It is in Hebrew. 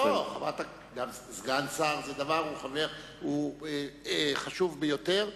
סגן שר הוא חשוב ביותר,